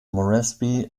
moresby